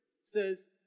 says